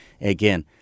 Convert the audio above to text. Again